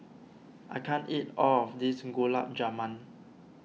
I can't eat all of this Gulab Jamun